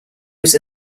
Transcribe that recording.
was